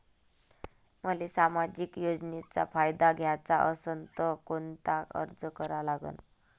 मले सामाजिक योजनेचा फायदा घ्याचा असन त कोनता अर्ज करा लागन?